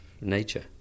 nature